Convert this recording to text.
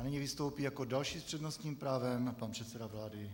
Nyní vystoupí jako další s přednostním právem pan předseda vlády.